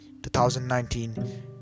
2019